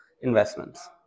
investments